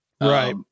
Right